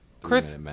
Chris